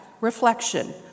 reflection